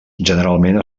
generalment